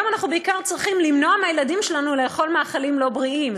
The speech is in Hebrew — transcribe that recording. כיום אנחנו בעיקר צריכים למנוע מהילדים שלנו לאכול מאכלים לא בריאים.